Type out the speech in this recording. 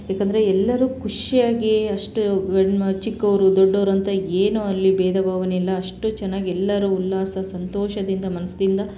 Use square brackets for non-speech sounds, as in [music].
ಏಕಂದ್ರೆ ಎಲ್ಲರೂ ಖುಷಿಯಾಗಿ ಅಷ್ಟು [unintelligible] ಚಿಕ್ಕವರು ದೊಡ್ಡೋವ್ರು ಅಂತ ಏನೂ ಅಲ್ಲಿ ಬೇಧ ಭಾವನೇ ಇಲ್ಲ ಅಷ್ಟು ಚೆನ್ನಾಗಿ ಎಲ್ಲರೂ ಉಲ್ಲಾಸ ಸಂತೋಷದಿಂದ ಮನ್ಸ್ನಿಂದ